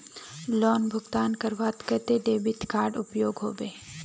Loan भुगतान करवार केते डेबिट कार्ड उपयोग होबे?